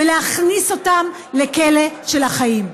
ולהכניס אותם לכלא של החיים.